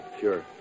sure